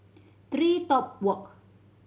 TreeTop Walk